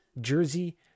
jersey